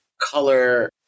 color